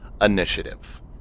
initiative